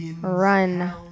Run